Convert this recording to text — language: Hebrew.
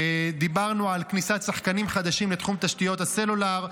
דיברנו על כניסת שחקנים חדשים לתחום תשתיות הסלולר,